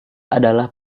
adalah